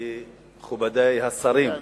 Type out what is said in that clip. מכובדי השרים,